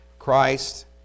Christ